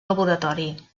laboratori